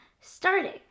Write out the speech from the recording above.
starting